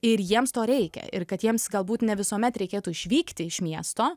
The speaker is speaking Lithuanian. ir jiems to reikia ir kad jiems galbūt ne visuomet reikėtų išvykti iš miesto